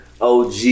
OG